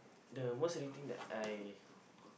the most silly thing that I